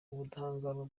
ubudahangarwa